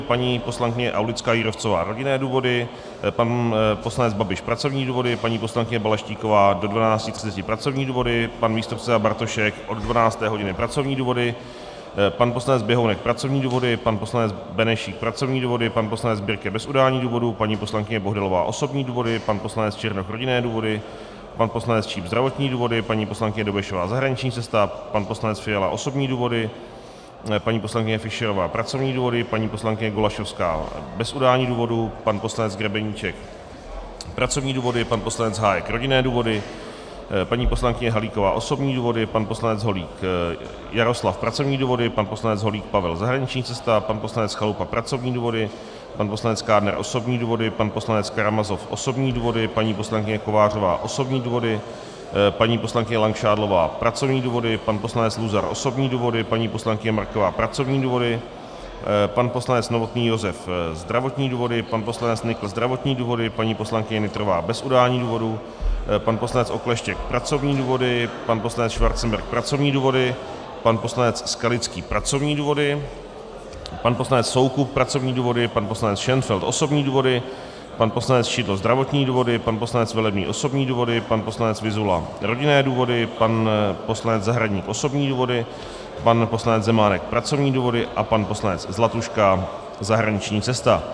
Paní poslankyně Aulická Jírovcová rodinné důvody, pan poslanec Babiš pracovní důvody, paní poslankyně Balaštíková do 12.30 pracovní důvody, pan místopředseda Bartošek od 12. hodiny pracovní důvody, pan poslanec Běhounek pracovní důvody, pan poslanec Benešík pracovní důvody, pan poslanec Birke bez udání důvodu, paní poslankyně Bohdalová osobní důvody, pan poslanec Černoch rodinné důvody, pan poslanec Číp zdravotní důvody, paní poslankyně Dobešová zahraniční cesta, pan poslanec Fiala osobní důvody, paní poslankyně Fischerová pracovní důvody, paní poslankyně Golasowská bez udání důvodu, pan poslanec Grebeníček pracovní důvody, pan poslanec Hájek rodinné důvody, paní poslankyně Halíková osobní důvody, pan poslanec Holík Jaroslav pracovní důvody, pan poslanec Holík Pavel zahraniční cesta, pan poslanec Chalupa pracovní důvody, pan poslanec Kádner osobní důvody, pan poslanec Karamazov osobní důvody, paní poslankyně Kovářová osobní důvody, paní poslankyně Langšádlová pracovní důvody, pan poslanec Luzar osobní důvody, paní poslankyně Marková pracovní důvody, pan poslanec Novotný Josef zdravotní důvody, pan poslanec Nykl zdravotní důvody, paní poslankyně Nytrová bez udání důvodu, pan poslanec Okleštěk pracovní důvody, pan poslanec Schwarzenberg pracovní důvody, pan poslanec Skalický pracovní důvody, pan poslanec Soukup pracovní důvody, pan poslanec Šenfeld osobní důvody, pan poslanec Šidlo zdravotní důvody, pan poslanec Velebný osobní důvody, pan poslanec Vyzula rodinné důvody, pan poslanec Zahradník osobní důvody, pan poslanec Zemánek pracovní důvody a pan poslanec Zlatuška zahraniční cesta.